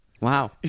Wow